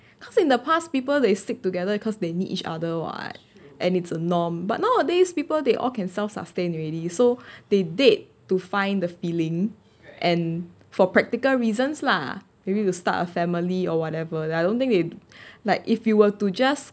cause in the past people they stick together cause they need each other [what] and it's a norm but nowadays people they all can self sustain already so they date to find the feeling and for practical reasons lah maybe you to start a family or whatever I don't think they like if you were to just